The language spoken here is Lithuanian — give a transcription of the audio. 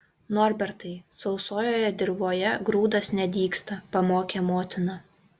norbertai sausojoje dirvoje grūdas nedygsta pamokė motina